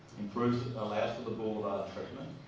improves, allows for the boulevard treatment,